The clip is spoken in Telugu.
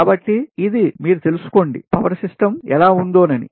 కాబట్టి ఇది మీరు తెలుసుకోండి పవర్ సిస్టంవిద్యుత్ వ్యవస్థ ఎలా ఉందోనని